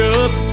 up